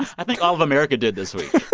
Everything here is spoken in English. i think all of america did this week.